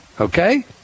okay